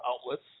outlets